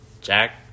Jack